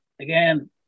again